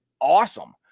awesome